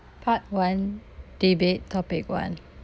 part one debate topic one